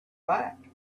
back